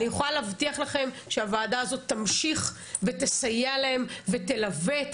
אני יכולה להבטיח לכן שהוועדה הזאת תמשיך ותסייע להן ותלווה את